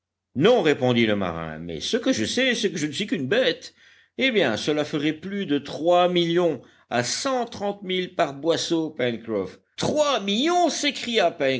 non répondit le marin mais ce que je sais c'est que je ne suis qu'une bête eh bien cela ferait plus de trois millions à cent trente mille par boisseau pencroff trois millions s'écria